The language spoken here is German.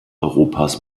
europas